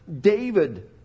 David